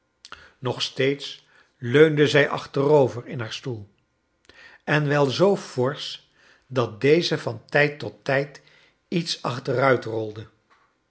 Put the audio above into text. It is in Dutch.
nog steeds leunde zij achterover in haar stoel en wei zoo forsch dat deze van tijd tot tijd iets achteruit rolde